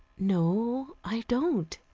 no, i don't.